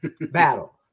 battle